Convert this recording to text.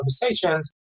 conversations